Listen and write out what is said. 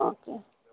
okay